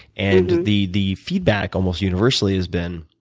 and the the feedback, almost universally, has been,